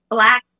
Black